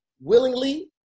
willingly